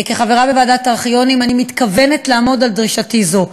כחברה בוועדת הארכיונים אני מתכוונת לעמוד על דרישתי זו.